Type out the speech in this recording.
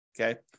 Okay